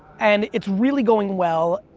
and it's really going well.